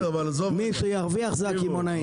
מי שירוויח אלו הקמעונאים.